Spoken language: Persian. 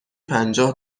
پنجاه